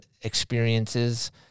experiences